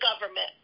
government